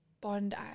Bondi